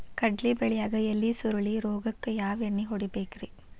ಕಡ್ಲಿ ಬೆಳಿಯಾಗ ಎಲಿ ಸುರುಳಿ ರೋಗಕ್ಕ ಯಾವ ಎಣ್ಣಿ ಹೊಡಿಬೇಕ್ರೇ?